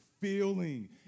feeling